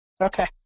Okay